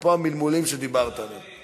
אפרופו המלמולים שדיברת עליהם.